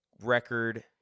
record